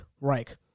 Reich